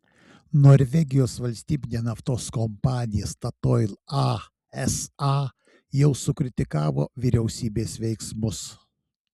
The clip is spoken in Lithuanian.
norvegijos valstybinė naftos kompanija statoil asa jau sukritikavo vyriausybės veiksmus